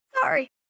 sorry